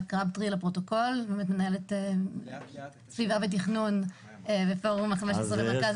אני מנהלת סביבה ותכנית בפורום ה-15 במרכז השלטון המקומי.